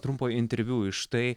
trumpo interviu iš tai